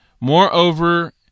Moreover